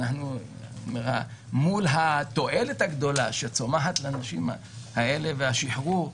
מול התועלת הגדולה שצומחת לנשים האלה והשחרור,